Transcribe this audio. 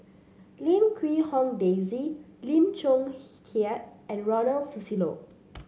Lim Quee Hong Daisy Lim Chong Keat and Ronald Susilo